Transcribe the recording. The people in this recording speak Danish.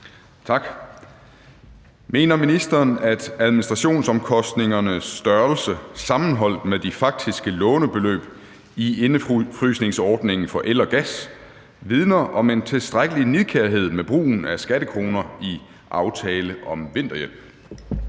(LA): Mener ministeren, at administrationsomkostningernes størrelse sammenholdt med de faktiske lånebeløb i indefrysningsordningen for el og gas vidner om en tilstrækkelig nidkærhed med brugen af skattekroner i »Aftale om vinterhjælp«?